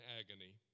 agony